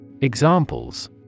Examples